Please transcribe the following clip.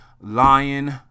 lion